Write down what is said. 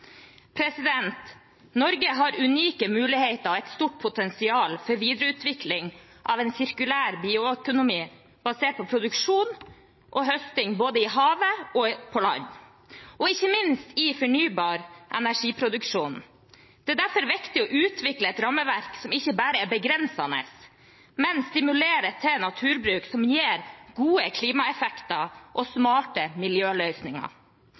Norge har unike muligheter og et stort potensial for videreutvikling av en sirkulær bioøkonomi basert på produksjon og høsting, både i havet, på land og ikke minst i fornybar energiproduksjon. Det er derfor viktig å utvikle et rammeverk som ikke bare er begrensende, men stimulerer til naturbruk som gir gode klimaeffekter og smarte miljøløsninger.